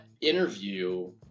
interview